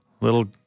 Little